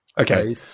Okay